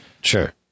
sure